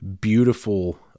beautiful